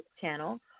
channel